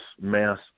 mass